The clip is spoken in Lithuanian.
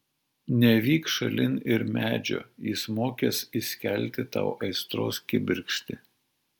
nevyk šalin ir medžio jis mokės įskelti tau aistros kibirkštį